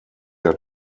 der